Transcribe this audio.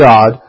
God